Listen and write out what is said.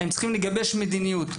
הם צריכים לגבש מדיניות.